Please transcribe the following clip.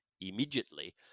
immediately